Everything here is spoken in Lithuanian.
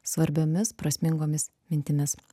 svarbiomis prasmingomis mintimis